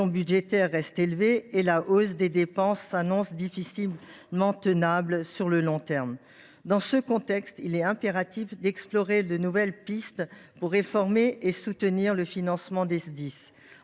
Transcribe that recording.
budgétaire demeure élevée et la hausse des dépenses s’annonce difficilement tenable sur le long terme. Dans ce contexte, il est impératif d’explorer de nouvelles pistes pour réformer et soutenir le financement des